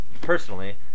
personally